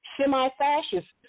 semi-fascists